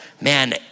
man